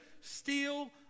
steal